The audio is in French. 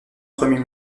premier